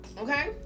okay